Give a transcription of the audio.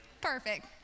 Perfect